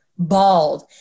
bald